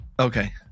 Okay